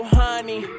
honey